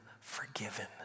forgiven